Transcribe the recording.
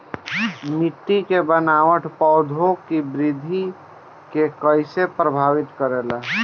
मिट्टी के बनावट पौधों की वृद्धि के कईसे प्रभावित करेला?